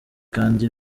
kandi